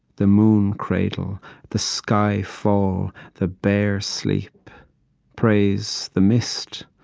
the moon cradle the sky fall, the bear sleep praise the mist,